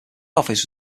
office